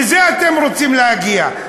לזה אתם רוצים להגיע.